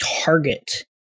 target